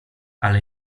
ale